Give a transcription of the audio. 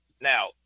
now